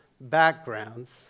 backgrounds